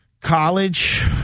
college